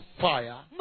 fire